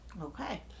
Okay